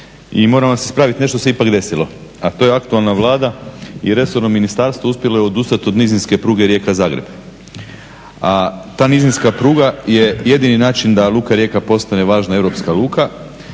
moram vas ispraviti nešto se ipak desilo, a to je aktualna Vlada i resorno ministarstvo uspjelo je odustati od nizinske pruge Rijeka – Zagreb. A ta nizinska pruga je jedini način da luka Rijeka postane važna europska luka,